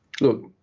look